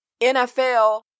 NFL